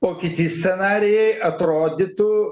o kiti scenarijai atrodytų